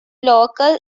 local